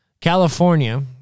California